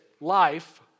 life